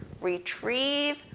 retrieve